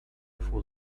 for